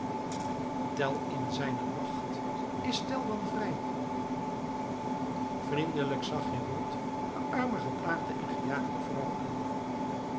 tell in zijne macht is tell dan vrij vriendelijk zag gerold de arme geplaagde en gejaagde vrouw aan